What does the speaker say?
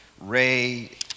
Ray